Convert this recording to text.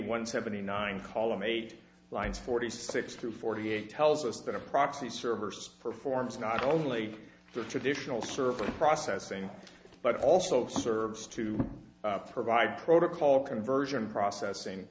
one seventy nine column eight lines forty six through forty eight tells us that a proxy servers performs not only the traditional server processing but also serves to provide protocol conversion processing